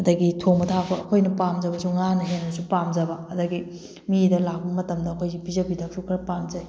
ꯑꯗꯒꯤ ꯊꯣꯡꯕ ꯊꯥꯛꯄ ꯑꯩꯈꯣꯏꯅ ꯄꯥꯝꯖꯕꯁꯨ ꯉꯥꯅ ꯍꯦꯟꯅꯁꯨ ꯄꯥꯝꯖꯕ ꯑꯗꯒꯤ ꯃꯤꯗ ꯂꯥꯛꯄ ꯃꯇꯝꯗ ꯑꯩꯈꯣꯏꯁꯦ ꯄꯤꯖ ꯄꯤꯊꯛꯁꯨ ꯈꯔ ꯄꯥꯝꯖꯩ